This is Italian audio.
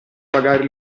pagare